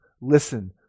listen